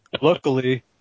Luckily